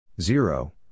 zero